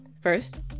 First